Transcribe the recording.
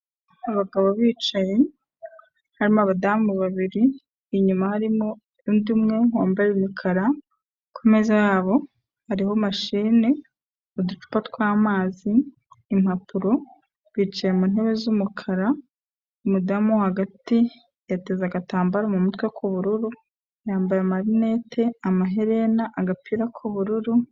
Abagabo bicaye harimo abadamu babiri, inyuma harimo undi umwe wambaye umukara, kumeza yabo hariho mashine, uducupa tw'amazi, impapuro, bicaye mu ntebe z'umukara, umudamu wo hagati yateze agatambaro mu mutwe k'ubururu, yambaye amarinete, amaherena, agapira k'ubururu.